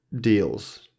deals